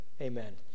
Amen